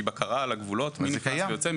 בקרה על הגבולות ולדעת מי נכנס ומי יוצא.